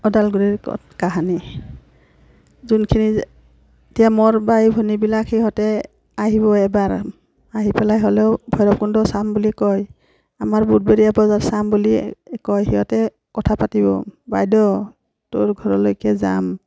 ওদালগুৰি কাহিনী যোনখিনি এতিয়া মোৰ বাই ভনীবিলাক সিহঁতে আহিব এবাৰ আহি পেলাই হ'লেও ভৈৰৱকুণ্ড চাম বুলি কয় আমাৰ বুধবৰীয়া বজাৰ চাম বুলি কয় সিহঁতে কথা পাতিব বাইদেউ তোৰ ঘৰলৈকে যাম